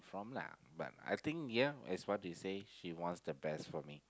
from lah but I think ya as what they say she wants the best for me